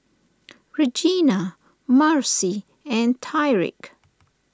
Regina Marci and Tyreke